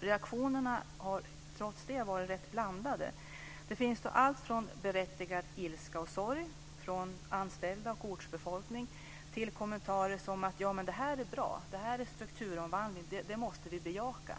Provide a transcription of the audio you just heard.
Reaktionerna har trots det varit rätt blandade. Det finns allt från berättigad ilska och sorg från anställda och ortsbefolkning till kommentarer som: Det här är bra. Det är strukturomvandling, och det måste vi bejaka.